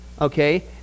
okay